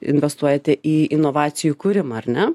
investuojate į inovacijų kūrimą ar ne